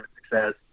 success